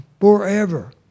forever